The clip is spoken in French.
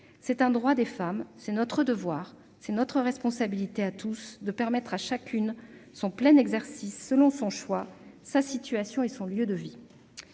C'est un droit des femmes ; c'est notre devoir, c'est notre responsabilité à tous de permettre à chacune son plein exercice, selon son choix, sa situation et son lieu de vie.